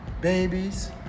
babies